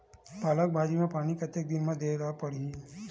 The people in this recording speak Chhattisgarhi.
पालक भाजी म पानी कतेक दिन म देला पढ़ही?